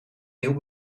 nieuwe